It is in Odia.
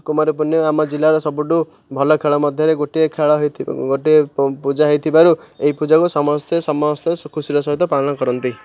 କୁମାର ପୂର୍ଣ୍ଣିମା ଆମ ଜିଲ୍ଲାର ସବୁଠୁ ଭଲ ଖେଳ ମଧ୍ୟରେ ଗୋଟିଏ ଖେଳ ଗୋଟିଏ ପୂଜା ହେଇଥିବାରୁ ଏହି ପୂଜାକୁ ସମସ୍ତେ ସମସ୍ତେ ଖୁସିର ସହିତ ପାଳନ କରନ୍ତି